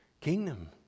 kingdom